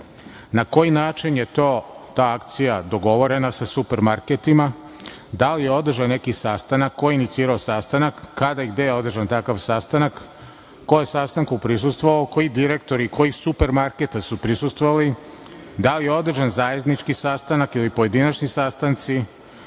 Na koji način je ta akcija dogovorena sa super marketima, da li je održan neki sastanak, ko je inicirao sastanak, kada i gde je održan takav sastanak, ko je sastanku prisustvovao, koji direktori i kojih super marketa su prisustvovali, da li je održan zajednički sastanak ili pojedinačni sastanci